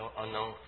unknown